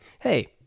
Hey